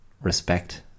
respect